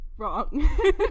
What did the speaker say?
Wrong